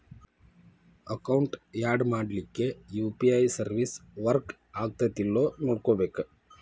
account add ಮಾಡ್ಲಿಕ್ಕೆ UPI service work ಆಗತ್ತೇಲ್ಲೋ ನೋಡ್ಕೋಬೇಕ್